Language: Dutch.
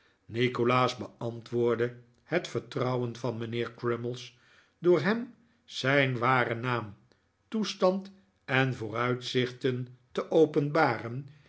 nikolaas beantwoordde het vertrouwen van mijnheer crummies door hem zijn waxen naam toestand en vooruitzichten te openbaren